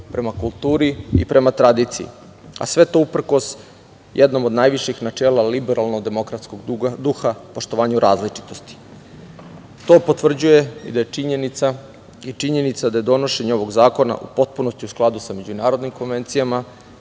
prema kulturi i prema tradiciji, a sve to uprkos jednom od najviših načela liberalno demokratskog duha, poštovanju različitosti. To potvrđuje da je činjenica i činjenica da je donošenje ovog zakona u potpunosti u skladu sa međunarodnim konvencijama,